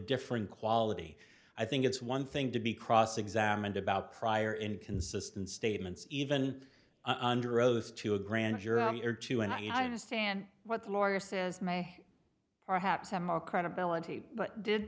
different quality i think it's one thing to be cross examined about prior inconsistent statements even under oath to a grand jury or two and i understand what the lawyer says may perhaps have more credibility but did